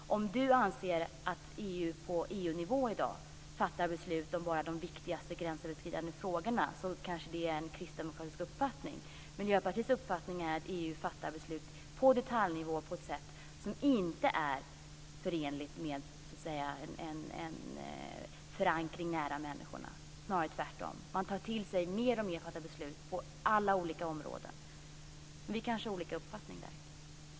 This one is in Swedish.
Det är kanske en kristdemokratisk uppfattning att man i dag på EU-nivå bara fattar beslut om de viktigaste gränsöverskridande frågorna. Miljöpartiets uppfattning är att EU fattar beslut på detaljnivå på ett sätt som inte är förenligt med en förankring nära människorna, snarare tvärtom. Man tar till sig fler och fler beslut på alla olika områden. Men vi har kanske olika uppfattningar där.